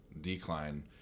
decline